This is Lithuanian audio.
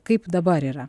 kaip dabar yra